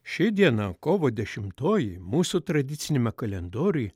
ši diena kovo dešimtoji mūsų tradiciniame kalendoriuj